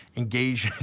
engage,